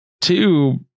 Two